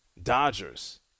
dodgers